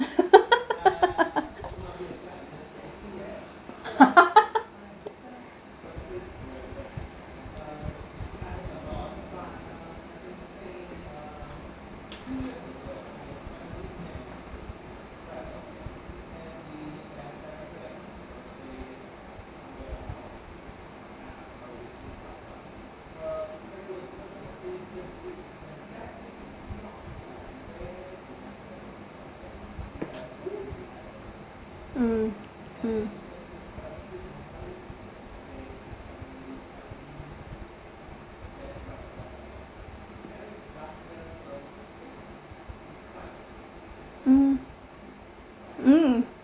mm mm mm mm